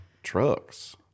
trucks